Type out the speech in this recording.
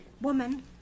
woman